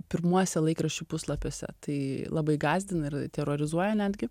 pirmuose laikraščių puslapiuose tai labai gąsdina ir terorizuoja netgi